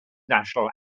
national